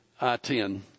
I-10